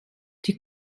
die